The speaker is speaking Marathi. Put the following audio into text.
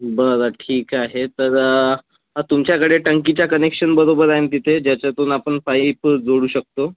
बरं ठीक आहे तर तुमच्याकडे टंकीच्या कनेक्शन बरोबर आहे ना तिथे ज्याच्यातून आपण पाईप जोडू शकतो